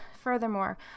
Furthermore